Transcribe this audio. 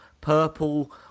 purple